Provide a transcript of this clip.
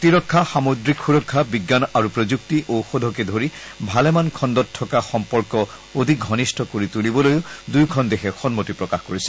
প্ৰতিৰক্ষা সামুদ্ৰিক সুৰক্ষা বিজ্ঞান আৰু প্ৰযুক্তি ঔষধকে ধৰি ভালেমান খণ্ডত থকা সম্পৰ্ক অধিক ঘনিষ্ঠ কৰি তুলিবলৈও দুয়োখন দেশে সন্মতি প্ৰকাশ কৰিছে